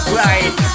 right